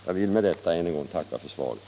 Jag vill med detta än en gång tacka för svaret.